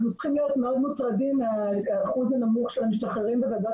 אנחנו צריכים להיות מאוד מוטרדים מהאחוז הנמוך של המשתחררים בוועדות